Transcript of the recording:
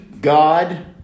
God